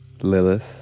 Lilith